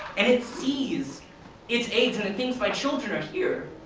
and it sees its eggs, and it thinks, my children are here,